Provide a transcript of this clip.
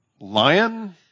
Lion